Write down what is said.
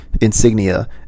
insignia